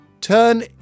Turn